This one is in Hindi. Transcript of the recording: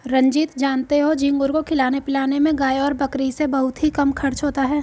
रंजीत जानते हो झींगुर को खिलाने पिलाने में गाय और बकरी से बहुत ही कम खर्च होता है